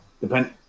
depend –